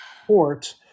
support